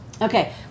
Okay